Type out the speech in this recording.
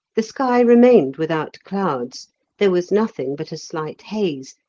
the sky remained without clouds there was nothing but a slight haze,